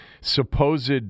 supposed